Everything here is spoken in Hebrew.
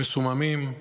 מסוממים,